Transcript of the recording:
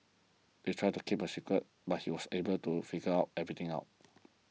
they tried to keep a secret but he was able to figure out everything out